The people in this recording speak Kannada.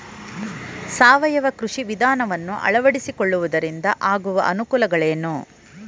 ಸಾವಯವ ಕೃಷಿ ವಿಧಾನವನ್ನು ಅಳವಡಿಸಿಕೊಳ್ಳುವುದರಿಂದ ಆಗುವ ಅನುಕೂಲಗಳೇನು?